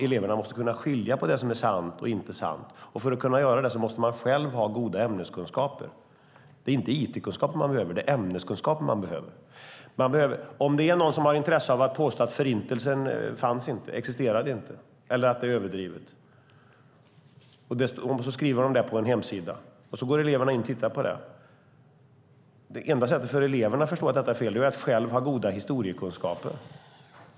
Eleverna måste kunna skilja på det som är sant och inte sant. För att kunna göra det måste man själv ha goda ämneskunskaper. Det är inte it-kunskaper man behöver, det är ämneskunskaper man behöver. Om det är någon som har intresse av att påstå att Förintelsen inte existerade eller att den är överdriven och skriver det på en hemsida som eleverna går in och tittar på är ju enda sättet för dem att förstå att detta är fel att de själva har goda historiekunskaper.